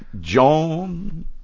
John